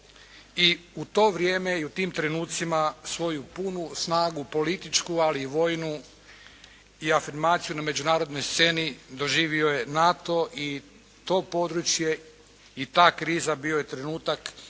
I u to vrijeme i u tim trenucima svoju punu snagu političku, ali i vojnu i afirmaciju na međunarodnoj sceni doživio je NATO i to područje i ta kriza bio je trenutak